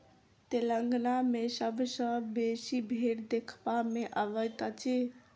तेलंगाना मे सबसँ बेसी भेंड़ देखबा मे अबैत अछि